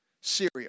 cereal